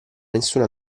nessuna